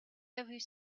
every